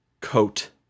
coat